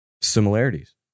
similarities